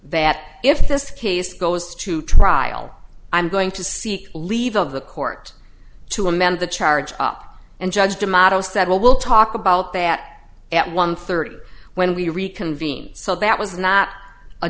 that if this case goes to trial i'm going to seek leave of the court to amend the charge up and judge d'amato said well we'll talk about that at one thirty when we reconvene so that was not a